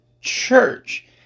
church